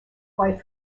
wife